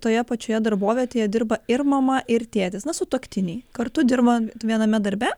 toje pačioje darbovietėje dirba ir mama ir tėtis na sutuoktiniai kartu dirba viename darbe